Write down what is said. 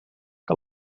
que